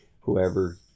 whoever